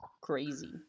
Crazy